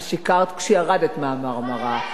את שיקרת כשירדת מה"מרמרה".